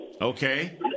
Okay